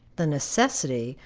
the necessity,